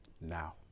now